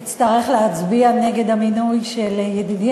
אצטרך להצביע נגד המינוי של ידידי,